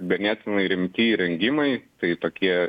ganėtinai rimti įrengimai tai tokie